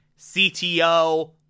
CTO